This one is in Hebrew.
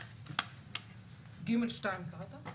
(ג2) קראת?